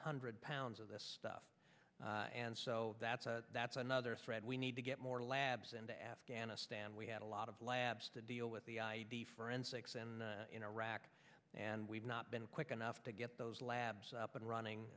hundred pounds of this stuff and so that's that's another thread we need to get more labs into afghanistan we had a lot of labs to deal with the the forensics and in iraq and we've not been quick enough to get those labs up and running